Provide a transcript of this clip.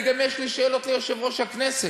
אני גם יש לי שאלות ליושב-ראש הכנסת.